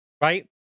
right